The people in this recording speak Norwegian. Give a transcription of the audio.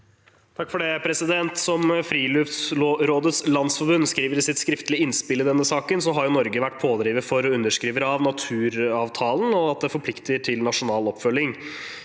Lund (R) Som Frilufts- rådenes Landsforbund skriver i sitt skriftlige innspill i denne saken, har Norge vært pådriver for og underskriver av naturavtalen, og det forplikter til nasjonal oppfølging.